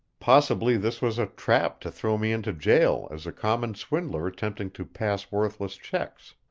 possibly this was a trap to throw me into jail as a common swindler attempting to pass worthless checks.